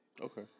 Okay